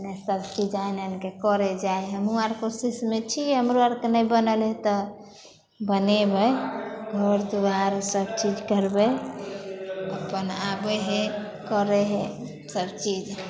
सबचीज आनि आनिके करै जाइ हइ हमहूँ आर कोशिशमे छी हमरो आओरके नहि बनल हइ तऽ बनेबै घर दुआरि सबचीज करबै अपन आबै हइ करै हइ सबचीज